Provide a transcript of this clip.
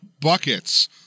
buckets